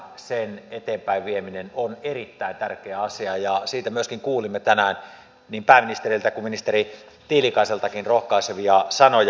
sen eteenpäinvieminen on erittäin tärkeä asia ja siitä myöskin kuulimme tänään niin pääministeriltä kuin ministeri tiilikaiseltakin rohkaisevia sanoja